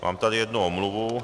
Mám tady jednu omluvu.